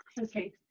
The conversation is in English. Okay